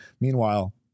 Meanwhile